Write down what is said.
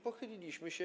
Pochyliliśmy się.